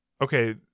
okay